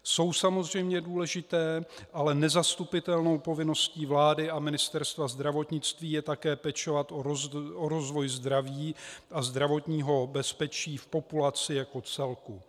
Jsou samozřejmě důležité, ale nezastupitelnou povinností vlády a Ministerstva zdravotnictví je také pečovat o rozvoj zdraví a zdravotního bezpečí v populaci jako celku.